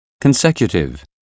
Consecutive